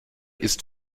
ist